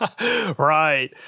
Right